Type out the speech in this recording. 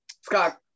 Scott